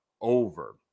over